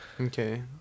Okay